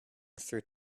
through